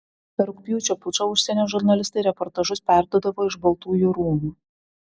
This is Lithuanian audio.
per rugpjūčio pučą užsienio žurnalistai reportažus perduodavo iš baltųjų rūmų